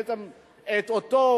בעצם של העסקים,